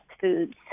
foods